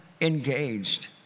engaged